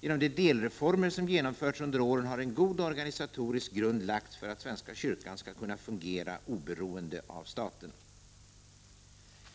Genom de delreformer som genomförts under åren har en god organisatorisk grund lagts för att svenska kyrkan skall kunna fungera oberoende av staten.